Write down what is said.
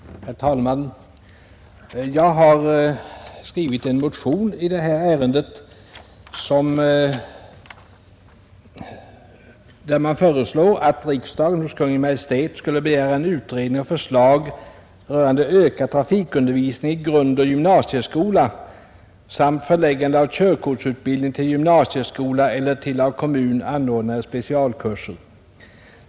Herr talman! Jag har skrivit en motion i det här ärendet, där jag föreslår ”att riksdagen hos Kungl. Maj:t begär utredning och förslag rörande utökad trafikundervisning i grundoch gymnasieskola samt förläggande av körkortsutbildning till gymnasieskola eller till av kommun anordnade specialkurser”.